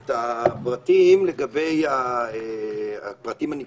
את הפרטים המקצועיים,